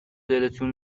دلتون